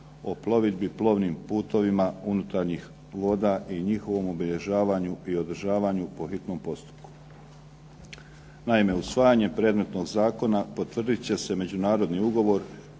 o plovidbi plovnim putovima unutarnjih voda i njihovom obilježavanju i održavanju po hitnom postupku. Naime, usvajanje predmetnog Zakona potvrdit će se međunarodni ugovor